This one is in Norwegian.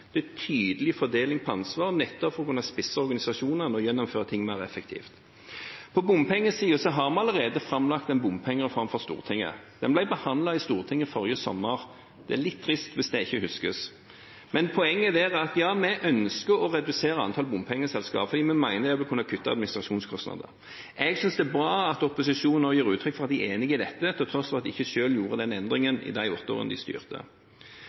Det er en tydelig fordeling av ansvar, nettopp for å kunne spisse organisasjonene og gjennomføre ting mer effektivt. På bompengesiden har vi allerede framlagt en bompengereform for Stortinget. Den ble behandlet i Stortinget forrige sommer. Det er litt trist hvis det ikke huskes. Men poenget er: Ja, vi ønsker å redusere antall bompengeselskap fordi vi mener at det vil kunne kutte administrasjonskostnader. Jeg synes det er bra at opposisjonen nå gir uttrykk for at de er enig i dette, til tross for at de ikke selv gjorde den endringen i de åtte årene de styrte.